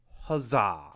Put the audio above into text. huzzah